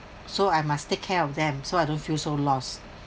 so I must take care of them so I don't feel so lost